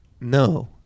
no